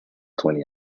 twenty